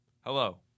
Hello